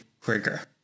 quicker